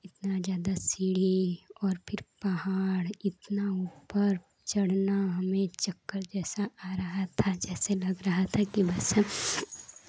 इतना ज़्यादा सीढ़ी और फिर पहाड़ इतना ऊपर चढ़ना हमें चक्कर जैसा आ रहा था जैसे लग रहा था कि बस